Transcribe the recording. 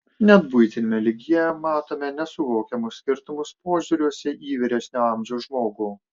net buitiniame lygyje matome nesuvokiamus skirtumus požiūriuose į vyresnio amžiaus žmogų